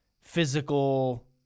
Physical